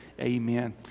Amen